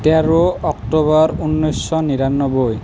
তেৰ অক্টোবৰ ঊনৈছশ নিৰান্নব্বৈ